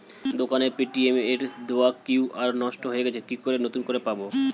দোকানের পেটিএম এর দেওয়া কিউ.আর নষ্ট হয়ে গেছে কি করে নতুন করে পাবো?